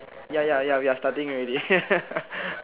ya ya ya we are starting already